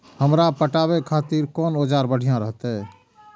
हमरा पटावे खातिर कोन औजार बढ़िया रहते?